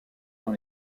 dans